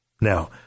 Now